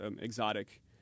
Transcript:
exotic